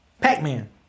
Pac-Man